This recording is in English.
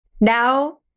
Now